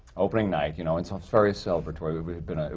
opening night, you know, and so it's very celebratory. it had been